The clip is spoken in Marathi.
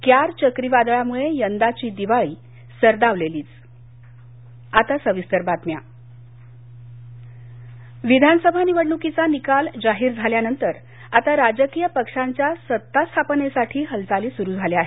क्यार चक्रीवादळामळे यंदाची दिवाळी सर्दावलेलीच आता सविस्तर बातम्या भाजपा विधानसभा निवडणुकीचा निकाल जाहीर झाल्यानंतर आता राजकीय पक्षांच्या सत्ता स्थापनेसाठी हालचाली सुरू झाल्या आहेत